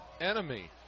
enemy